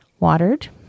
watered